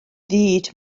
fud